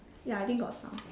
ya I think got sound